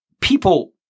people